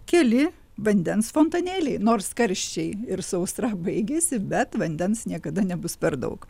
keli vandens fontanėliai nors karščiai ir sausra baigėsi bet vandens niekada nebus per daug